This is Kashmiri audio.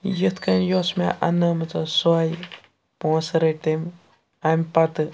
یِتھ کٔنۍ یۄس مےٚ اَننٲومٕژ ٲس سۄے پونٛسہٕ رٔٹۍ تٔمۍ اَمہِ پَتہٕ